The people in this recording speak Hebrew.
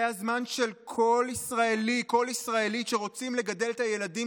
זה הזמן של כל ישראלי וכל ישראלית שרוצים לגדל את הילדים